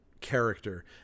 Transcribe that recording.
character